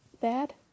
Bad